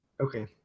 Okay